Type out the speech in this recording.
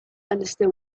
understood